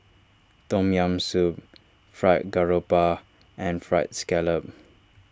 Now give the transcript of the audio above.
Tom Yam Soup Fried Garoupa and Fried Scallop